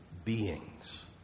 Beings